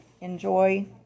enjoy